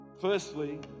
Firstly